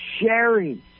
sharing